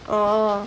orh